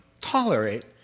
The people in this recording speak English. tolerate